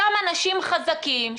אותם אנשים חזקים,